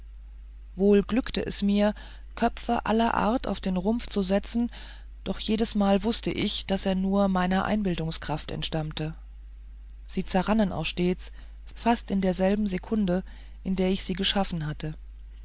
wohl glückte es mir köpfe aller art auf den rumpf zu setzen doch jedesmal wußte ich daß sie nur meiner einbildungskraft entstammten sie zerrannen auch stets fast in derselben sekunde in der ich sie geschaffen hatte